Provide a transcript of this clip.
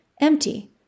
Empty